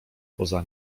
poza